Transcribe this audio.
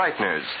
brighteners